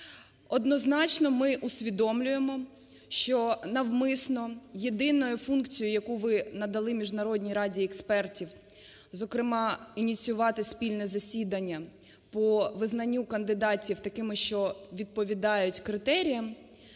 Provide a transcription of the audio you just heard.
Однозначно ми усвідомлюємо, що навмисно єдиною функцією, яку ви надали Міжнародній раді експертів, зокрема ініціювати спільне засідання по визнанню кандидатів такими, що відповідають критеріям,